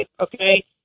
okay